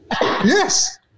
Yes